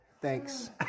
Thanks